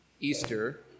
Easter